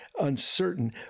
uncertain